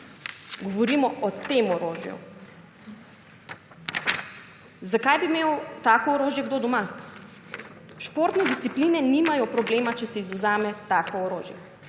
Govorimo o temu orožju. Zakaj bi imel tako orožje kdo doma? Športne discipline nimajo problema, če se izvzame tako orožje.